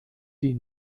die